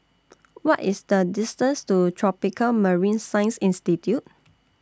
What IS The distance to Tropical Marine Science Institute